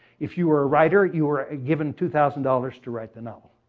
if you were a writer, you were ah given two thousand dollars to write the novel.